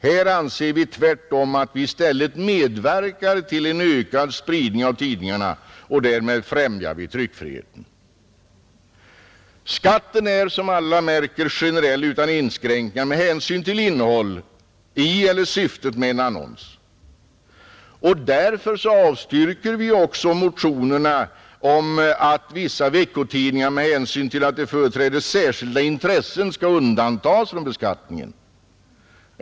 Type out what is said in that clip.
Här anser vi tvärtom att vi i stället medverkar till en ökad spridning av tidningarna och därmed främjar vi tryckfriheten. Skatten är som alla märker generell utan inskränkning med hänsyn till innehållet i eller syftet med en annons. Därför avstyrker vi också motionerna om att vissa veckotidningar med hänsyn till att de företräder särskilda intressen skall undantas från beskattningen.